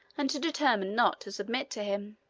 and to determine not to submit to him.